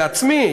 בעצמי,